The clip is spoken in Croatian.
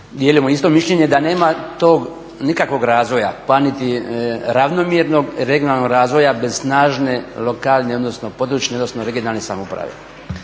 dijelimo isto mišljenje da nema tog nikakvog razvoja, pa niti ravnomjernog regionalnog razvoja bez snažne lokalne, odnosno područne, odnosno regionalne samouprave.